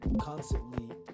constantly